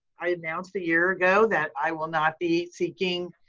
i announced a year ago that i will not be seeking,